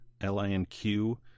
L-I-N-Q